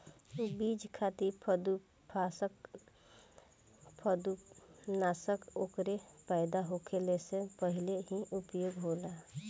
बीज खातिर फंफूदनाशक ओकरे पैदा होखले से पहिले ही उपयोग होला